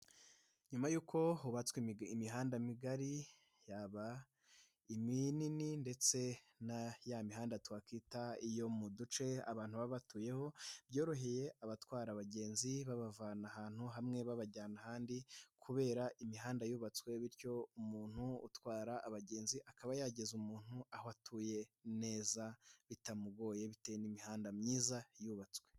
Nyuma y'uko hubatswe imihanda migari, yaba iminini ndetse na ya mihanda twakita iyo mu duce abantu baba batuyeho, byoroheye abatwara abagenzi, babavana ahantu hamwe babajyana ahandi kubera imihanda yubatswe bityo umuntu utwara abagenzi akaba yageze umuntu aho atuye neza bitamugoye bitewe n'imihanda myiza yubatswe.